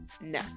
no